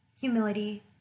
humility